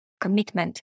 commitment